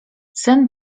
sen